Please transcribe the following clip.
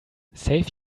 save